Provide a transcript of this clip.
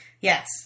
yes